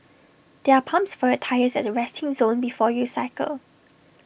there are pumps for your tyres at the resting zone before you cycle